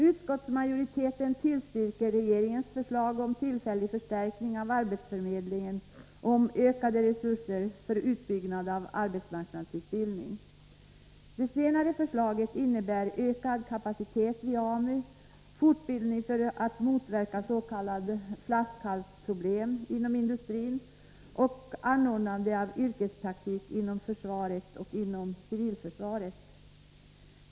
Utskottsmajoriteten tillstyrker regeringens förslag om tillfällig förstärkning av arbetsförmedlingen och om ökade resurser för utbyggnad av arbetsmarknadsutbildning. Det senare förslaget innebär ökad kapacitet vid AMU, fortbildning för att motverka s.k. flaskhalsproblem inom industrin och anordnande av yrkespraktik inom försvaret och inom civilförsvaret.